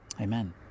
Amen